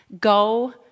Go